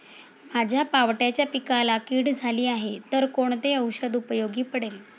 माझ्या पावट्याच्या पिकाला कीड झाली आहे तर कोणते औषध उपयोगी पडेल?